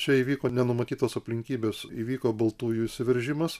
čia įvyko nenumatytos aplinkybės įvyko baltųjų įsiveržimas